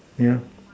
ya